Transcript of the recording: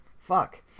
fuck